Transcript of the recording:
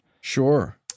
Sure